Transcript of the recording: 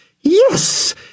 Yes